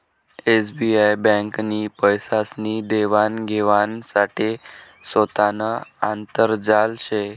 SBI ब्यांकनं पैसासनी देवान घेवाण साठे सोतानं आंतरजाल शे